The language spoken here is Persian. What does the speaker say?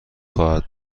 خواهد